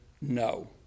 no